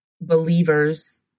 believers